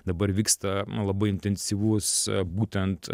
dabar vyksta nu labai intensyvus būtent